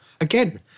again